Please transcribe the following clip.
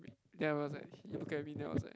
then I was like he look at me then I was like